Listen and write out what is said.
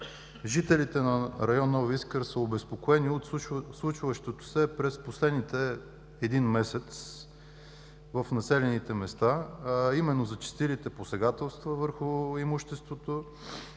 Жителите на район „Нови Искър“ са обезпокоени от случващото се през последния един месец в населените места, а именно зачестилите посегателства върху имуществото.